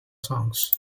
songs